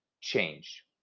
change